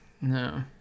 no